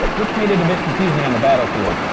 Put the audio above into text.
but which made it a bit confusing on the battlefield.